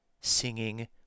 singing